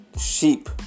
sheep